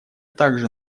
также